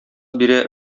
бирә